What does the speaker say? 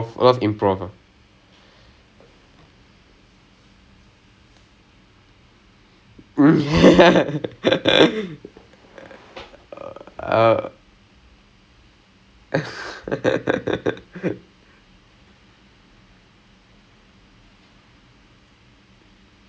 uh ya when she says the once she goes down the improve lane right the who~ I'm just like எப்போடா இந்த:eppodaa intha class முடியும்:mudiyum because I'm so bad at it I like எனக்கு வந்து:enakku vanthu okay இந்த மாதிரி எல்லாம் பண்ணனும்:intha maathiri ellaam panannum parthen னு யாராச்சு சொன்னாங்கன்னா:nu yaaraachu sonnaanganaa I can sit down work work work work and work it out a bit until it's like decent level